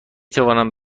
توانم